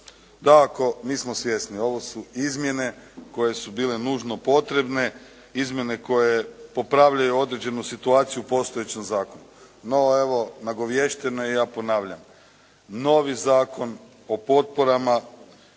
dakako mi smo svjesni. Ovo su izmjene koje su bile nužno potrebne, izmjene koje popravljaju određenu situaciju u postojećem zakonu. No evo, nagovješteno je i ja ponavljam. Novi Zakon o potporama